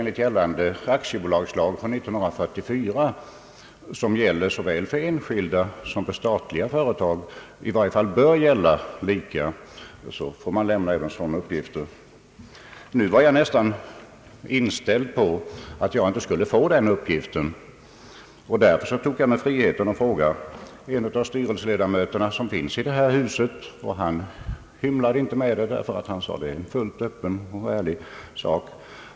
Enligt gällande aktiebolagslag från år 1944, som i varje fall bör gälla lika för enskilda och statliga företag, får sådana upplysningar lämnas ut. Jag var nästan inställd på att jag inte skulle få en sådan upplysning, och därför tog jag mig friheten att fråga en av styrelseledamöterna — han finns för övrigt i detta hus.